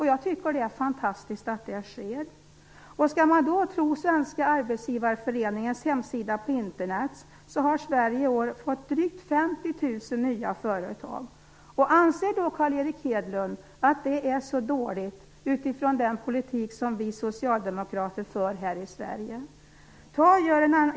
Jag tycker att det är fantastiskt. Skall man tro Svenska Arbetsgivareföreningens hemsida på Internet har Sverige i år fått drygt 50 000 nya företag. Anser Carl Erik Hedlund att det är så dåligt utifrån den politik som vi socialdemokrater för i Sverige?